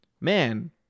Man